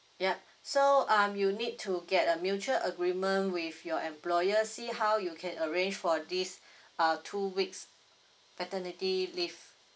yup so um you need to get a mutual agreement with your employer see how you can arrange for this uh two weeks paternity leave